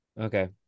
Okay